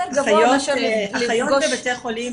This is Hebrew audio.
גבוה מאשר לפגוש --- אחיות בבתי חולים